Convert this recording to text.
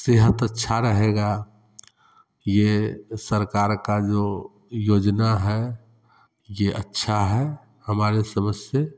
सेहत अच्छी रहेगी यह सरकार की जो योजना है यह अच्छा है हमारी समझ से